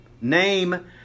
Name